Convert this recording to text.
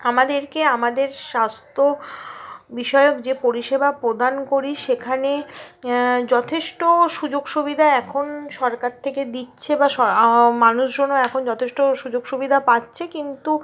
আমাদেরকে আমাদের স্বাস্থ্য বিষয়ক যে পরিষেবা প্রদান করে সেখানে যথেষ্ট সুযোগ সুবিধা এখন সরকার থেকে দিচ্ছে বা মানুষজনও এখন যথেষ্ট সুযোগ সুবিধা পাচ্ছে কিন্তু